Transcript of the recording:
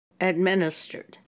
administered